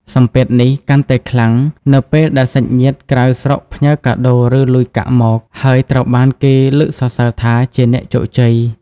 សម្ពាធនេះកាន់តែខ្លាំង នៅពេលដែលសាច់ញាតិក្រៅស្រុកផ្ញើកាដូ ឬលុយកាក់មក ហើយត្រូវបានគេលើកសរសើរថាជា "អ្នកជោគជ័យ"។